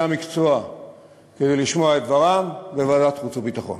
המקצוע כדי לשמוע את דבריהם בוועדת החוץ והביטחון.